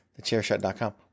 TheChairshot.com